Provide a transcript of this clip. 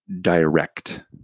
direct